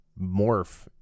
morph